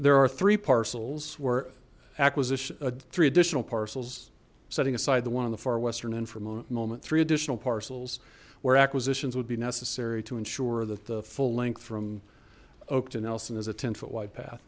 there are three parcels were acquisition three additional parcels setting aside the one on the far western end for a moment three additional parcels where acquisitions would be necessary to ensure that full length from oak to nelson is a ten foot wide path